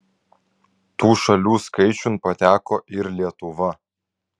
tų šalių skaičiun pateko ir lietuva